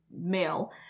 male